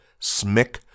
SMIC